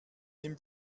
nimm